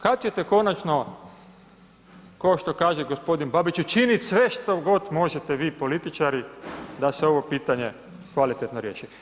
Kad ćete konačno kao što kaže g. Babić, učinit sve što god možete vi političari da se ovo pitanje kvalitetno riješi?